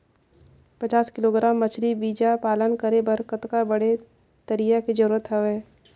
पचास किलोग्राम मछरी बीजा पालन करे बर कतका बड़े तरिया के जरूरत हवय?